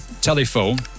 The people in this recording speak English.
telephone